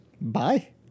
Bye